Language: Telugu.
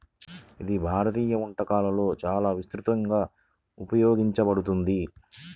ఇది భారతీయ వంటకాలలో చాలా విస్తృతంగా ఉపయోగించబడుతుంది